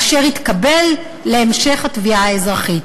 אשר התקבל להמשך התביעה האזרחית.